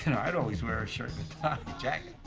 and i'd always wear a shirt and